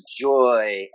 joy